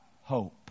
hope